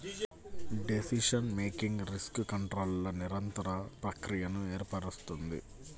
decision making risk కంట్రోల్ల నిరంతర ప్రక్రియను ఏర్పరుస్తుంది